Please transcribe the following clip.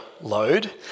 load